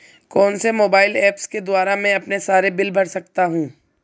कौनसे mobile apps के द्वारा मैं अपने सारे बिल भर सकता हूं?